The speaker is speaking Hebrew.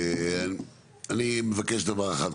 אני מבקש דבר אחד,